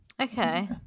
Okay